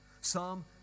Psalm